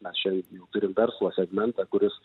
mes čia jau turim verslo segmentą kuris